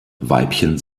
weibchen